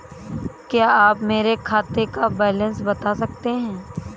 क्या आप मेरे खाते का बैलेंस बता सकते हैं?